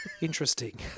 Interesting